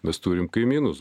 mes turim kaimynus